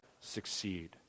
succeed